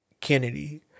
Kennedy